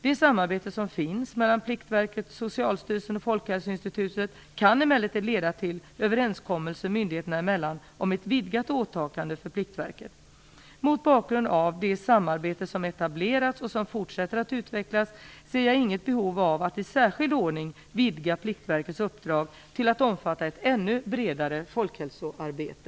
Det samarbete som finns mellan Pliktverket, Socialstyrelsen och Folkhälsoinstitutet kan emellertid leda till överenskommelser myndigheterna emellan om ett vidgat åtagande för Pliktverket. Mot bakgrund av det samarbete som etablerats och som fortsätter att utvecklas ser jag inget behov av att i särskild ordning vidga Pliktverkets uppdrag till att omfatta ett ännu bredare folkhälsoarbete.